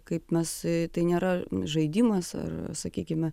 kaip mes tai nėra žaidimas ar sakykime